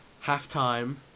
half-time